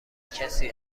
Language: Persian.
کسی